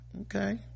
okay